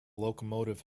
locomotive